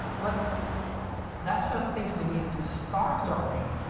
but that's just things we need to start learning.